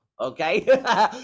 Okay